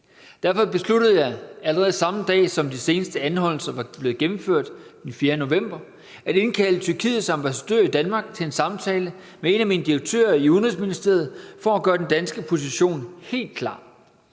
Derfor besluttede jeg, allerede samme dag som de seneste anholdelser var blevet gennemført, den 4. november, at indkalde Tyrkiets ambassadør i Danmark til en samtale med en af mine direktører i Udenrigsministeriet for at gøre den danske position helt klar.